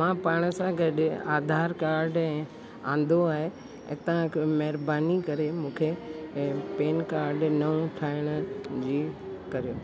मां पाण सां गॾु आधार काड ऐं आंदो आहे ऐं तव्हां महिरबानी करे मूंखे इहे पेन कार्ड नओं ठाहिण जी करियो